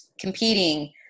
competing